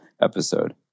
episode